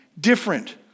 different